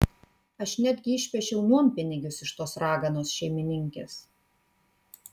aš netgi išpešiau nuompinigius iš tos raganos šeimininkės